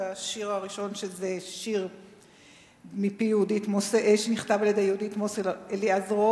והשיר הראשון זה שיר שנכתב על-ידי יהודית מוסל-אליעזרוב